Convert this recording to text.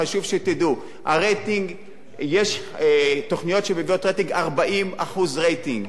חשוב שתדעו: יש תוכניות שמביאות 40% רייטינג,